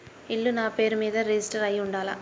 ఇల్లు నాపేరు మీదే రిజిస్టర్ అయ్యి ఉండాల?